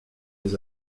les